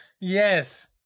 Yes